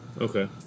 Okay